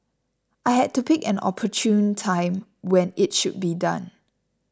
I had to pick an opportune time when it should be done